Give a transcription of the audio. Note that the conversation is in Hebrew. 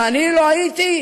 אם אני לא הייתי,